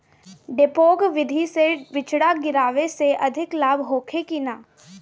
डेपोक विधि से बिचड़ा गिरावे से अधिक लाभ होखे की न?